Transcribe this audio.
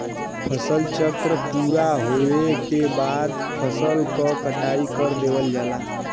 फसल चक्र पूरा होवे के बाद फसल क कटाई कर देवल जाला